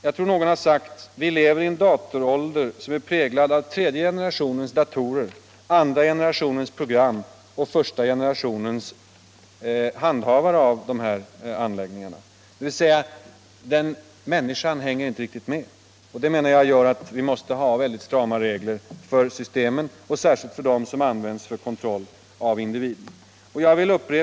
Jag tror någon har sagt att vi lever i en datorålder som är präglad av tredje generationens datorer, andra generationens program Om användningen och den första generationens handhavare av de här anläggningarna, dvs. av statliga dataremänniskan hänger inte riktigt med. Därför menar jag att vi måste ha = gister för kontroll av mycket strama regler för systemen, särskilt för dem som används för = enskildas ekonokontroll av individer.